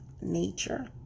nature